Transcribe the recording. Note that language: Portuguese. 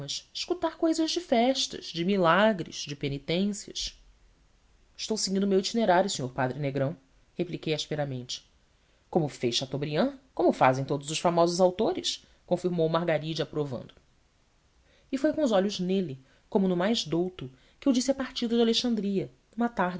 escutar cousas de festas de milagres de penitências estou seguindo o meu itinerário senhor padre negrão repliquei asperamente como fez chateaubriand como fazem todos os famosos autores confirmou margaride aprovando e foi com os olhos nele como no mais douto que eu disse a partida de alexandria